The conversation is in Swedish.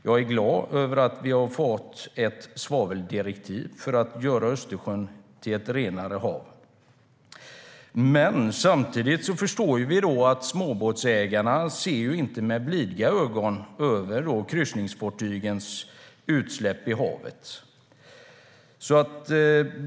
Jag är glad över att vi har fått ett svaveldirektiv för att göra Östersjön till ett renare hav. Men vi förstår samtidigt att småbåtsägarna inte ser med blida ögon på kryssningsfartygens utsläpp i havet.